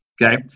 okay